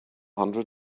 hundred